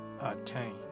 attain